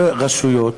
ורשויות,